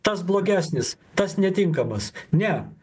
tas blogesnis tas netinkamas ne